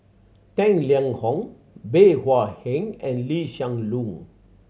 Tang Liang Hong Bey Hua Heng and Lee Hsien Loong